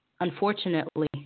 unfortunately